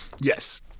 Yes